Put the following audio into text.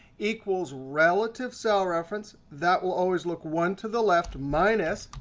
equals relative cell reference. that will always look one to the left, minus.